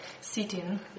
sitting